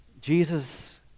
Jesus